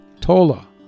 Tola